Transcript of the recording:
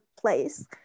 place